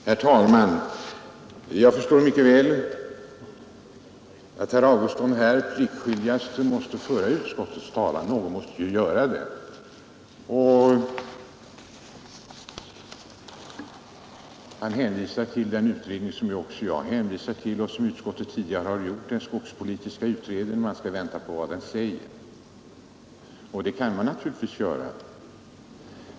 Herr talman! Jag förstår så väl att herr Augustsson pliktskyldigast måste föra utskottets talan. Någon måste ju göra det. Herr Augustsson hänvisade till skogspolitiska utredningen, och det gjorde jag också. Även utskottet har gjort det tidigare. Vi skulle vänta och se vad den utredningen sade. Ja, det kan man naturligtvis göra.